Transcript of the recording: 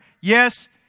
Yes